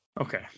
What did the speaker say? Okay